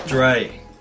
Dre